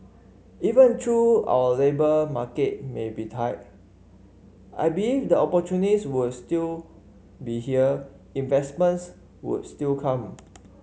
even though our labour market may be tight I believe the would still be here investments would still come